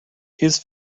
his